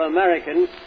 Americans